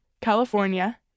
California